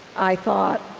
i thought,